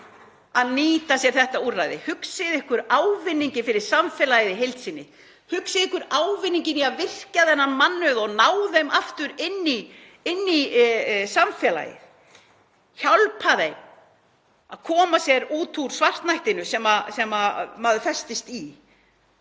að nýta sér þetta úrræði, hugsið ykkur þá ávinninginn fyrir samfélagið í heild sinni. Hugsið ykkur ávinninginn í að virkja þennan mannauð og ná þessu fólki aftur inn í samfélagið, hjálpa því að koma sér út úr svartnættinu sem maður festist í.